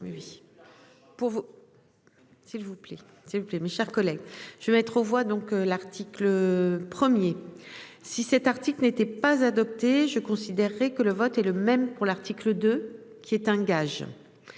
s'il vous plaît. Mes chers collègues, je vais mettre aux voix donc l'article 1er, si cet article n'était pas adopté, je considérerais que le vote est le même pour l'article 2 qui est un gage.